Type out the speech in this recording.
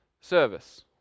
service